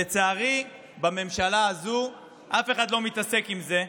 לצערי, בממשלה הזו אף אחד לא מתעסק עם זה.